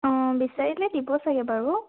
অঁ বিচাৰিলে দিব চাগে বাৰু